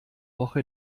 woche